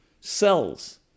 cells